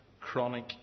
chronic